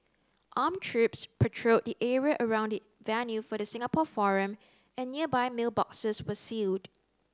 armed troops patrolled the area around the venue for the Singapore forum and nearby mailboxes were sealed